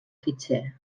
fitxer